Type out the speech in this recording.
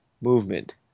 movement